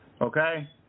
Okay